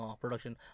production